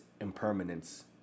impermanence